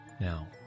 Now